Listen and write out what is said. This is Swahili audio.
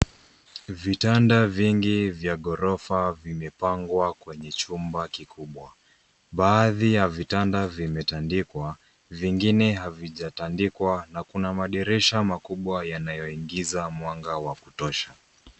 Vitanda vingi vya ghorofa vimepangwa kwenye chumba kikubwa. Baadhi ya vitanda vimetandikwa vingine havijatandikwa na kuna madirisha makubwa yanayoingiza mwanga wa kutosha.